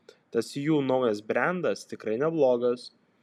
tas jų naujas brendas tikrai neblogas